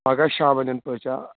پگہہ شامن یِن پٔژھۍ آ